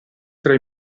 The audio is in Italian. tra